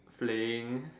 playing